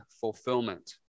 fulfillment